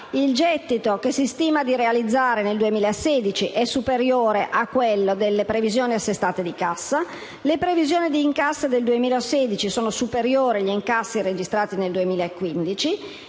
Il gettito che si stima di realizzare nel 2016 è superiore a quello delle previsioni assestate di cassa. Le previsioni di incasso del 2016 sono superiori agli incassi registrati nel 2015